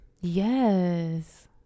Yes